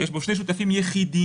שפיצלתי לשניים: private equity,